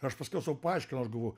ir aš paskiau sau paaiškinau aš galvojau